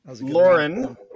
Lauren